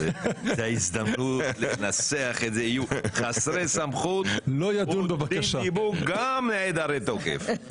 זאת הזדמנות לנסח את זה יהיו חסרי סמכות ונעדרי תוקף.